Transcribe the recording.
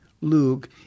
Luke